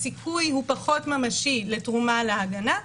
הסיכוי הוא פחות ממשי לתרומה להגנה,